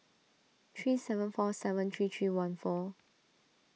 three seven four seven three three one four